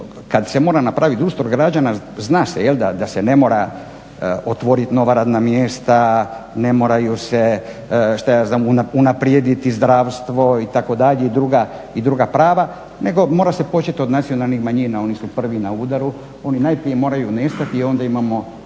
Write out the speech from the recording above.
kad se mora napraviti društvo građana zna se jel'da da se ne mora otvoriti nova radna mjesta, ne moraju se što ja znam unaprijediti zdravstvo itd. i druga prava nego mora se početi od nacionalnih manjina, oni su prvi na udaru, oni najprije moraju nestati i onda imamo